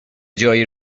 جایی